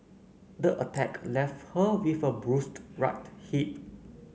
the attack left her with a bruised right hip